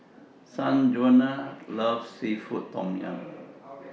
Sanjuana loves Seafood Tom Yum